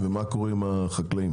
ומה קורה עם החקלאים?